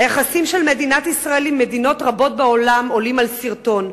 היחסים של מדינת ישראל עם מדינות רבות בעולם עולים על שרטון.